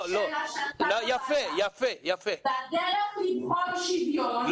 זאת השאלה שעלתה בוועדה והדרך לבחון שוויון האם